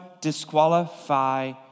disqualify